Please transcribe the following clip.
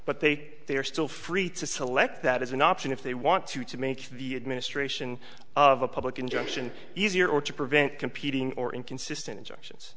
but they are still free to select that as an option if they want to to make the administration of a public injunction easier or to prevent competing or inconsistent injections